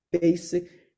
basic